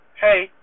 hey